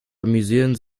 amüsieren